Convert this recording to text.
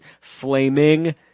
flaming